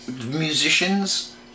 musicians